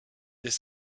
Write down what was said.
dès